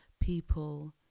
people